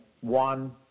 one